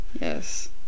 Yes